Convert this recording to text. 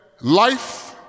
life